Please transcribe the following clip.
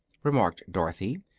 remarked dorothy,